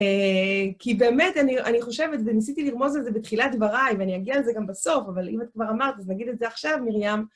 כי באמת אני חושבת, וניסיתי לרמוז על זה בתחילת דבריי, ואני אגיע על זה גם בסוף, אבל אם את כבר אמרת, אז נגיד את זה עכשיו, מרים.